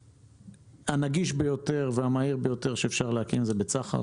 הנגיש ביותר והמהיר ביותר שאפשר להקים זה בצחר